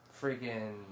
Freaking